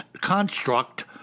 construct